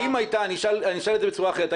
אני אשאל את זה בצורה אחרת,